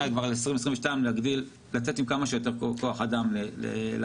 היא כבר ב-2022 לצאת עם כמה שיותר כוח אדם לאכיפה.